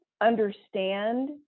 understand